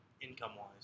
Income-wise